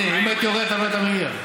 אם הייתי יורד, אתה לא היית מגיע.